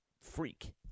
freak